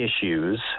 issues